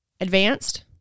advanced